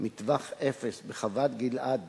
מטווח אפס בחוות-גלעד